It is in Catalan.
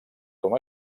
com